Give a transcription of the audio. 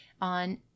on